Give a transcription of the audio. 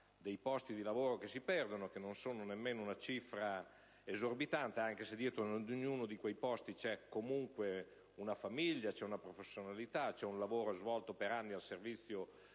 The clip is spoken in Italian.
dei posti di lavoro che si perdono (che non sono nemmeno una cifra esorbitante, anche se dietro ognuno di quei posti c'è comunque una famiglia, una professionalità ed un lavoro svolto per anni al servizio